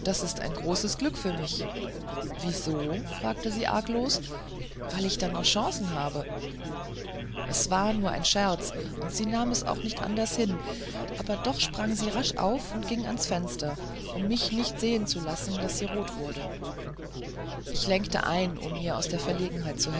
das ist ein großes glück für mich wieso fragte sie arglos weil ich dann noch chancen habe es war nur ein scherz und sie nahm es auch nicht anders hin aber doch sprang sie rasch auf und ging ans fenster um mich nicht sehen zu lassen daß sie rot wurde ich lenkte ein um ihr aus der verlegenheit